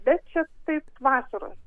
bet čia taip vasaros